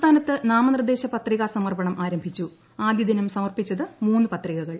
സംസ്ഥാനത്ത് നാമനിർദ്ദേശൃപ്ത്രികാസമർപ്പണം ആരംഭിച്ചു ആദ്യദിനം സമർപ്പിച്ചത് മൂന്ന് പത്രികകൾ